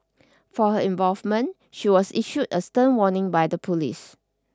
for her involvement she was issued a stern warning by the police